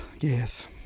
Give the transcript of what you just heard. Yes